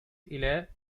ile